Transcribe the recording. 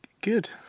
good